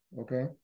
okay